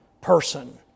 person